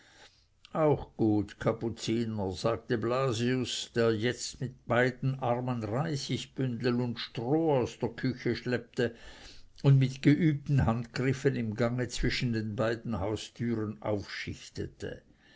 auch gut kapuziner sagte blasius der jetzt mit beiden armen reisigbündel und stroh aus der küche schleppte und mit geübten handgriffen im gange zwischen den beiden haustüren aufschichtete